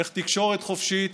איך תקשורת חופשית,